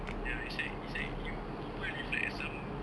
ya it's like it's like you berbual with like some